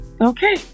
Okay